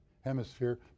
hemisphere